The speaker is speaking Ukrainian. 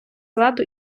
ладу